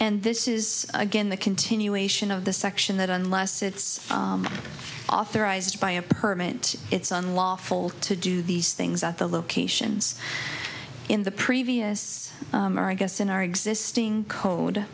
and this is again the continuation of the section that unless it's authorized by a permanent it's unlawful to do these things at the locations in the previous i guess in our existing code